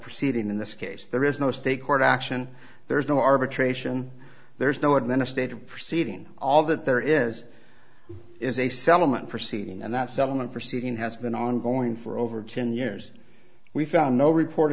proceeding in this case there is no state court action there is no arbitration there is no administrative proceeding all that there is is a celebrant proceeding and that settlement proceeding has been ongoing for over ten years we found no report